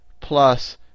plus